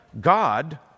God